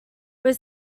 were